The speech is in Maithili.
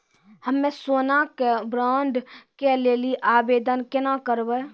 हम्मे सोना के बॉन्ड के लेली आवेदन केना करबै?